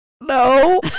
no